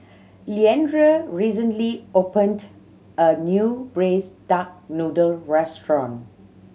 Leandra recently opened a new Braised Duck Noodle restaurant